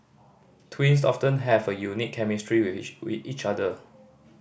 twins often have a unique chemistry with with each other